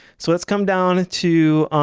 so let's come down to